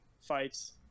fights